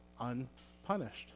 unpunished